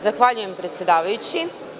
Zahvaljujem predsedavajući.